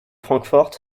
francfort